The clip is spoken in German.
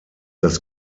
das